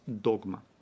dogma